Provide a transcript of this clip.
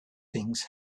things